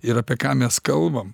ir apie ką mes kalbam